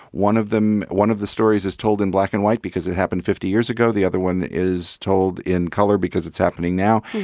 one of them one of the stories is told in black and white because it happened fifty years ago. the other one is told in color because it's happening now.